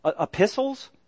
Epistles